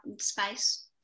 space